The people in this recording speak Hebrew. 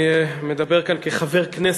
אני מדבר כאן כחבר כנסת,